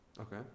Okay